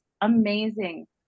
amazing